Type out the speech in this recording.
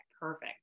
perfect